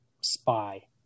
spy